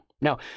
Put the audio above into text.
Now